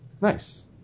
Nice